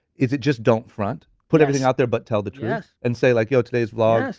is it just don't front? put everything out there but tell the truth and say like yo, today's vlog,